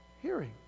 hearing